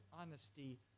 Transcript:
honesty